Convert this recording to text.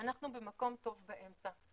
במקום טוב באמצע.